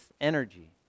energy